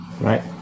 right